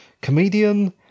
comedian